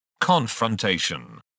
confrontation